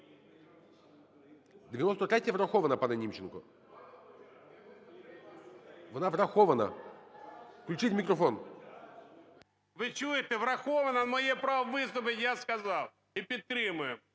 Ви чуєте, врахована, а моє право виступити, я сказав і підтримуємо.